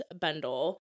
bundle